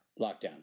Lockdown